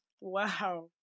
Wow